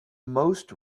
most